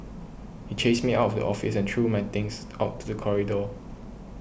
he chased me out of the office and threw my things out to the corridor